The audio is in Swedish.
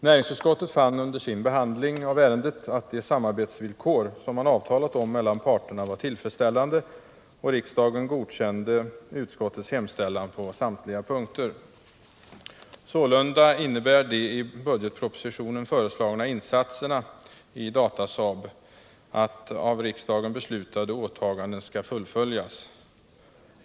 Näringsutskottet fann under sin behandling av ärendet att de samarbetsvillkor som man avtalat om mellan parterna var tillfredsställande, och riksdagen godkände utskottets hemställan på samtliga punkter. Sålunda innebär de i budgetpropositionen föreslagna insatserna i Datasaab AB att av riksdagen beslutade åtaganden skall fullföljas.